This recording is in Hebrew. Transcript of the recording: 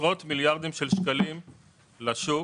עשרות מיליארדים של שקלים לשוק